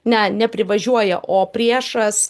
ne neprivažiuoja o priešas